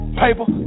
paper